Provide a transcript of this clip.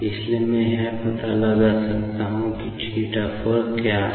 इसलिए मैं यह पता लगा सकता हूं कि θ 4 क्या है